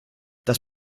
das